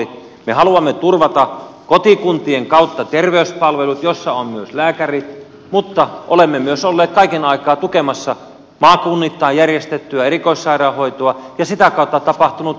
me haluamme turvata kotikuntien kautta terveyspalvelut joissa on myös lääkärit mutta olemme myös olleet kaiken aikaa tukemassa maakunnittain järjestettyä erikoissairaanhoitoa ja sitä kautta tapahtunutta terveydenhoitoa